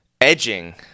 Edging